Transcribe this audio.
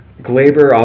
Glaber